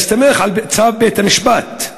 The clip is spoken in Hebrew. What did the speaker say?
בהסתמך על צו בית-המשפט,